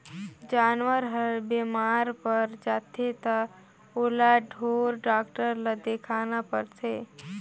जानवर हर बेमार पर जाथे त ओला ढोर डॉक्टर ल देखाना परथे